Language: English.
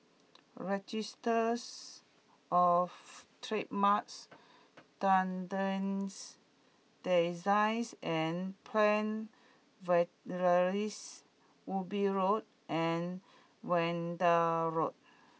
Registries Of Trademarks Patents Designs and Plant Varieties Ubi Road and Zehnder Road